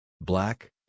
Black